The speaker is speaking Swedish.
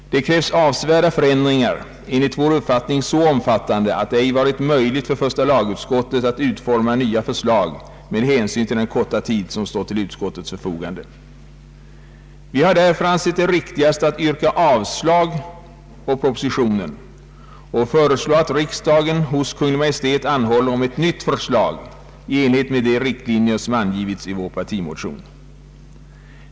Det krävs avsevärda förändringar, enligt vår uppfattning så omfattande att det ej varit möjligt för första lagutskottet att utforma nya förslag med hänsyn till den korta tid som stått till utskottets förfogande. Vi har därför ansett det riktigast att yrka avslag på propositionen och har föreslagit att riksdagen hos Kungl. Maj:t anhåller om nytt förslag i enlighet med de riktlinjer som angivits i vår partimotion.